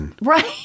Right